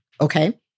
okay